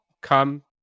come